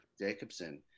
Jacobson